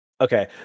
Okay